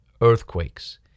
earthquakes